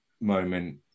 moment